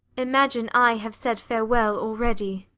imagine i have said farewell already.